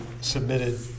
submitted